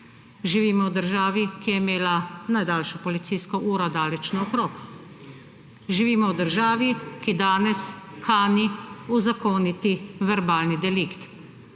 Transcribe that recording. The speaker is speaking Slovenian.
Živimo v državi, ki je imela najdaljšo policijsko uro daleč naokrog. Živimo v državi, ki danes kani uzakoniti verbalni delikt.